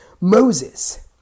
Moses